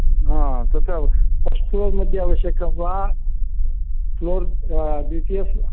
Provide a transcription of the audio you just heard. हा तत्र first floor मध्ये आवश्यकं वा फ़्लोर् द्वितीयफ़्लोर्